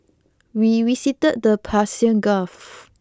we visited the Persian Gulf